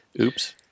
Oops